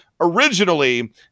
originally